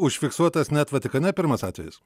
užfiksuotas net vatikane pirmas atvejis